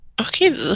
Okay